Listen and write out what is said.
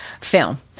film